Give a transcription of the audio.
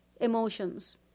emotions